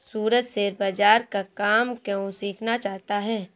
सूरज share बाजार का काम क्यों सीखना चाहता है?